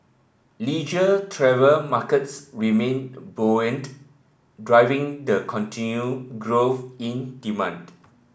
leisure travel markets remained buoyant driving the continued growth in demand